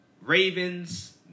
Ravens